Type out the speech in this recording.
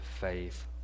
faith